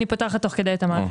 כן, אני פותחת תוך כדי את המערכת.